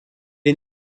est